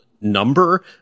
number